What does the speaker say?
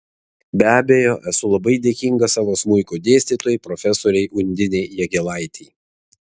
be abejo esu labai dėkinga savo smuiko dėstytojai profesorei undinei jagėlaitei